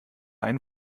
einen